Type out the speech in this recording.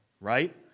right